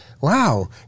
wow